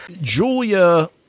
julia